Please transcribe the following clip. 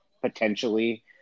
potentially